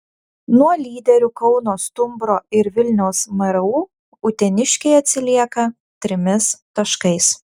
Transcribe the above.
nuo lyderių kauno stumbro ir vilniaus mru uteniškiai atsilieka trimis taškais